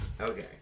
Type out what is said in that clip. Okay